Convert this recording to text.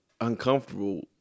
uncomfortable